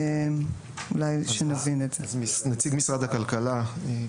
זו תעודת הכשרה שונה לגמרי.